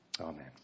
Amen